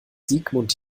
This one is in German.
sigmund